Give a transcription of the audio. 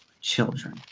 children